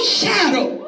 shadow